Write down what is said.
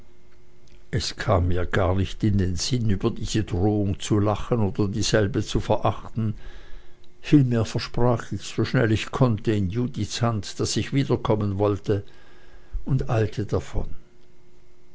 es kam mir gar nicht in den sinn über diese drohung zu lachen oder dieselbe zu verachten vielmehr versprach ich so schnell ich konnte in judiths hand daß ich wiederkommen wollte und eilte davon